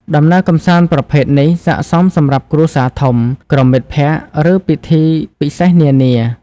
ដំណើរកម្សាន្តប្រភេទនេះស័ក្តិសមសម្រាប់គ្រួសារធំ ក្រុមមិត្តភក្តិ ឬពិធីពិសេសនានា។